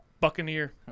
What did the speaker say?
Buccaneer